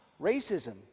racism